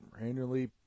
randomly